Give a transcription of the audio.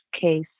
case